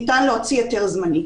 ניתן להוציא היתר זמני.